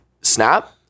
snap